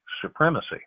supremacy